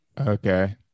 Okay